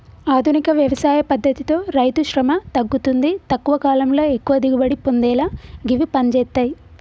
ఆధునిక వ్యవసాయ పద్దతితో రైతుశ్రమ తగ్గుతుంది తక్కువ కాలంలో ఎక్కువ దిగుబడి పొందేలా గివి పంజేత్తయ్